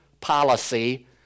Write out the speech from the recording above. policy